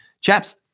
chaps